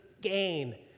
gain